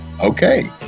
okay